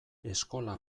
eskola